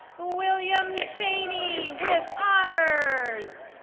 william chaney, with honors.